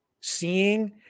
seeing